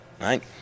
right